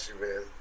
man